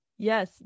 Yes